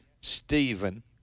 Stephen